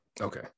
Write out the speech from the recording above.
Okay